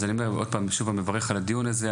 אז אני שוב מברך על הדיון הזה.